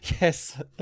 yes